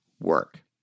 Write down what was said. work